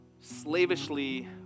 slavishly